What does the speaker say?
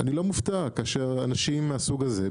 אני לא מופתע כאשר אנשים מהסוג הזה,